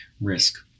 Risk